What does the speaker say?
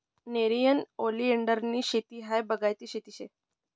नेरियन ओलीएंडरनी शेती हायी बागायती शेती शे